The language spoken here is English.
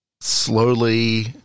slowly